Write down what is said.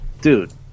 dude